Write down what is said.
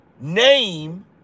name